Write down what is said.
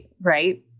right